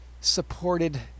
supported